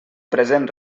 present